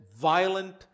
violent